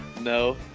no